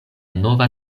nova